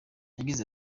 yagize